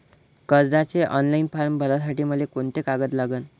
कर्जाचे online form भरासाठी मले कोंते कागद लागन?